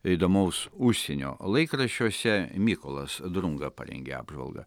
įdomaus užsienio laikraščiuose mykolas drunga parengė apžvalgą